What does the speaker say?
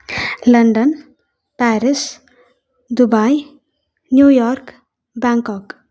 London Paris Dubai New York Bangkok